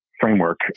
framework